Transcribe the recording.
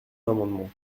l’amendement